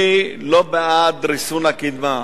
אני לא בעד ריסון הקידמה.